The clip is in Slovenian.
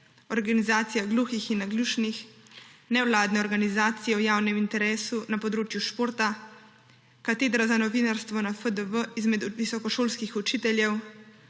organizacije gluhih in naglušnih, nevladne organizacije v javnem interesu na področju športa, Katedra za novinarstvo na FDV izmed visokošolskih učiteljev,